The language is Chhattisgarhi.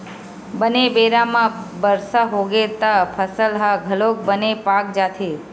बने बेरा म बरसा होगे त फसल ह घलोक बने पाक जाथे